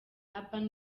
urban